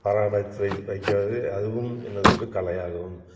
பராமரித்து வைக்கிறது அதுவும் எனது ஒரு கலையாகும்